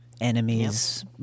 enemies